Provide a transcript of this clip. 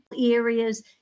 areas